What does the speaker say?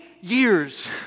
years